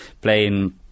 playing